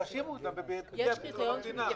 יאשימו אותם בפגיעה בביטחון המדינה,